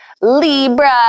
Libra